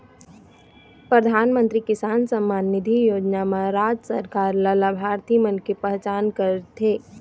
परधानमंतरी किसान सम्मान निधि योजना म राज सरकार ल लाभार्थी मन के पहचान करथे